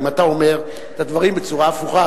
אם אתה אומר את הדברים בצורה הפוכה.